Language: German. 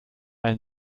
einen